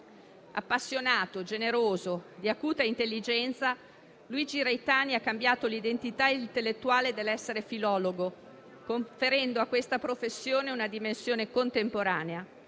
Appassionato, generoso e di acuta intelligenza, Luigi Reitani ha cambiato l'identità intellettuale dell'essere filologo, conferendo a questa professione una dimensione contemporanea.